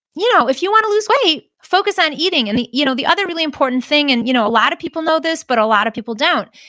you know if you want to lose weight, focus on eating. and the you know the other really important thing, and you know a lot of people know this, but a lot of people don't,